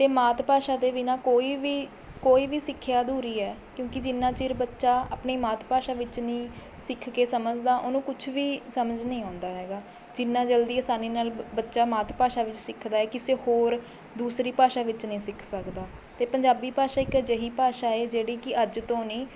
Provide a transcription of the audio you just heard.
ਅਤੇ ਮਾਤ ਭਾਸ਼ਾ ਦੇ ਬਿਨ੍ਹਾਂ ਕੋਈ ਵੀ ਕੋਈ ਵੀ ਸਿੱਖਿਆ ਅਧੂਰੀ ਹੈ ਕਿਉਂਕਿ ਜਿੰਨਾਂ ਚਿਰ ਬੱਚਾ ਆਪਣੀ ਮਾਤ ਭਾਸ਼ਾ ਵਿੱਚ ਨਹੀਂ ਸਿੱਖ ਕੇ ਸਮਝਦਾ ਉਹਨੂੰ ਕੁਝ ਵੀ ਸਮਝ ਨਹੀਂ ਆਉਂਦਾ ਹੈਗਾ ਜਿੰਨਾਂ ਜਲਦੀ ਅਸਾਨੀ ਨਾਲ਼ ਬੱਚਾ ਮਾਤ ਭਾਸ਼ਾ ਵਿੱਚ ਸਿੱਖਦਾ ਏ ਕਿਸੇ ਹੋਰ ਦੂਸਰੀ ਭਾਸ਼ਾ ਵਿੱਚ ਨਹੀਂ ਸਿੱਖ ਸਕਦਾ ਅਤੇ ਪੰਜਾਬੀ ਭਾਸ਼ਾ ਇੱਕ ਅਜਿਹੀ ਭਾਸ਼ਾ ਹੈ ਜਿਹੜੀ ਕਿ ਅੱਜ ਤੋਂ ਨਹੀਂ